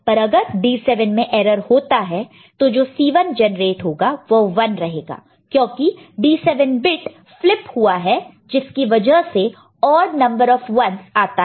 पर अगर D7 में एरर होता है तो जो C1 जेनरेट होगा वह 1 रहेगा क्योंकि D7 बिट फ्लिप हुआ है जिसकी वजह से औड नंबर ऑफ 1's आता है